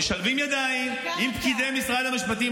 ומשלבים ידיים עם פקידי משרד המשפטים,